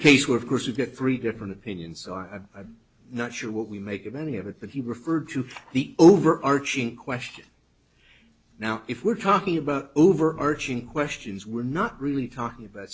case where of course you get three different opinions are i'm not sure what we make of any of it but he referred to the overarching question now if we're talking about over arching questions we're not really talking about